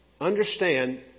Understand